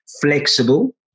flexible